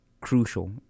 crucial